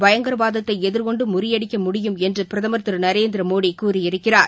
பயங்கரவாதத்தை எதிர்கொண்டு முறியடிக்க முடியும் என்று பிரதமர் திரு நரேந்திரமோடி கூறியிருக்கிறார்